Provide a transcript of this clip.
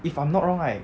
if I'm not wrong right